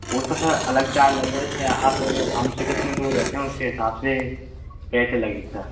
उसका सर अलग चार्ज लगेगा जैसे आप हमसे कितने दूर रहते हैं उसके हिसाब से पैसे लगेगा